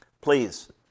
Please